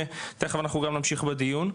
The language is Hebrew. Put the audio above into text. ותכף אנחנו גם נמשיך בדיון,